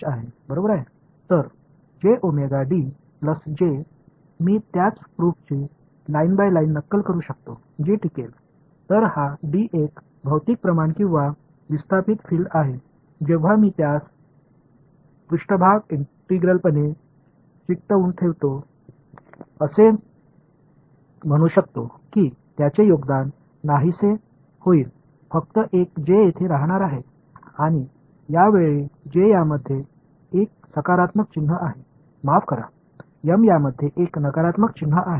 எனவே இந்த D என்பது ஒரு பிஸிக்கல் குவான்டிடிஸ் அல்லது இடப்பெயர்ச்சி புலம் நான் அதை ஒரு சா்பேஸ்இன்டெக்ரால் உடன் ஒட்டிக்கொள்வேன் அந்த பங்களிப்பு மறைந்துவிடும் என்று நான் சொல்ல முடியும் நான் ஒரு J உடன் மட்டுமே இருப்பேன் இந்த நேரத்தில் J இதில் ஒரு நேர்மறையான அடையாளத்தை கொண்டு செல்கிறது சமன்பாடு M ஒரு எதிர்மறை அடையாளத்தை சுமந்து கொண்டிருந்தது